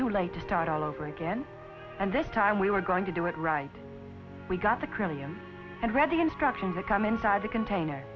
too late to start all over again and this time we were going to do it right we got the kirlian and read the instructions to come inside the container